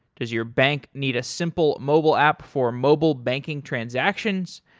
does your bank need a simple mobile app for mobile banking transactions?